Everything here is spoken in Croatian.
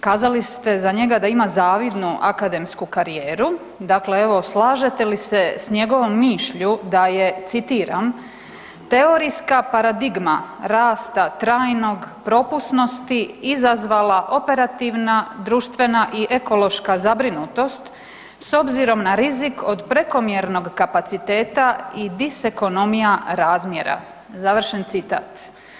Kazali ste za njega da ima zavidnu akademsku karijeru, dakle evo slažete li se s njegovom mišlju da je, citiram, teorijska paradigma rasta trajnog propusnosti izazvala operativna, društvena i ekološka zabrinutost, s obzirom na rizik od prekomjernog kapaciteta i disekonomija razvoja, završen citat.